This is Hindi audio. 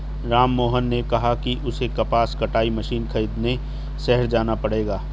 राममोहन ने कहा कि उसे कपास कटाई मशीन खरीदने शहर जाना पड़ेगा